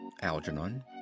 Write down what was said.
Algernon